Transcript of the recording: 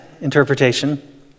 interpretation